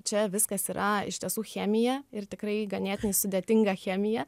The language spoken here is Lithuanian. čia viskas yra iš tiesų chemija ir tikrai ganėtinai sudėtinga chemija